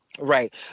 Right